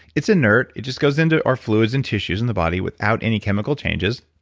it's inert. it just goes into our fluids and tissues in the body without any chemical changes.